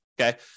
okay